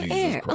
air